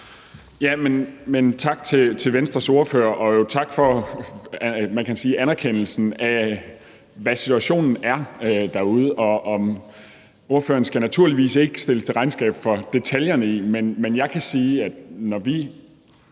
Tak til Venstres ordfører, og tak for – kan man sige – anerkendelsen af, hvad situationen er derude, og ordføreren skal naturligvis ikke stilles til regnskab for detaljerne i det. Men jeg kan sige, at der,